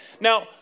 Now